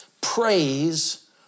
Praise